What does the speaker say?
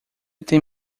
tem